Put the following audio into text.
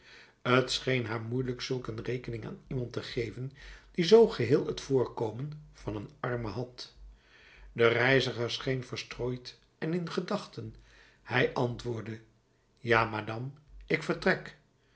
scheen haar moeielijk zulk een rekening aan iemand te geven die zoo geheel t voorkomen van een arme had de reiziger scheen verstrooid en in gedachten hij antwoordde ja madame ik vertrek